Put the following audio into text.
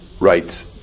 rights